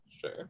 sure